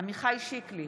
עמיחי שיקלי,